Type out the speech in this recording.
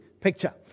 Picture